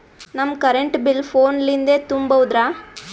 ನಮ್ current bill ಫೋನ ಲಿಂದೇ ತುಂಬೌದ್ರಾ?